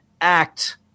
act